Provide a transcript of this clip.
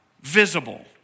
visible